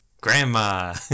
Grandma